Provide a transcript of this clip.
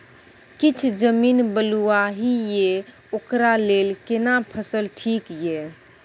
किछ जमीन बलुआही ये ओकरा लेल केना फसल ठीक ये?